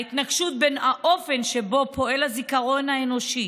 ההתנגשות בין האופן שבו פועל הזיכרון האנושי